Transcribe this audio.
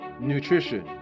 Nutrition